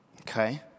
Okay